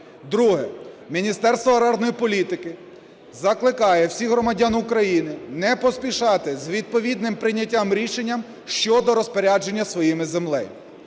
Друге. Міністерство аграрної політики закликає всіх громадян України не поспішати з відповідним прийняттям рішення щодо розпорядження своєю землею.